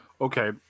okay